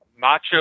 Macho